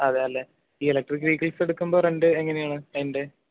അതെ അല്ലേ ഈ ഇലക്ട്രിക്ക് വെഹിക്കിൾസ് എടുക്കുമ്പോൾ റെൻ്റ് എങ്ങനെയാണ് അതിൻ്റെ